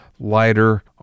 lighter